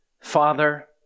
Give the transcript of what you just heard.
Father